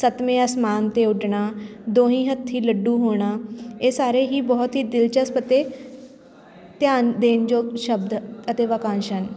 ਸੱਤਵੇਂ ਅਸਮਾਨ 'ਤੇ ਉੱਡਣਾ ਦੋਹੀਂ ਹੱਥੀਂ ਲੱਡੂ ਹੋਣਾ ਇਹ ਸਾਰੇ ਹੀ ਬਹੁਤ ਹੀ ਦਿਲਚਸਪ ਅਤੇ ਧਿਆਨ ਦੇਣ ਯੋਗ ਸ਼ਬਦ ਅਤੇ ਵਾਕਾਂਸ਼ ਹਨ